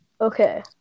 Okay